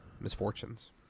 misfortunes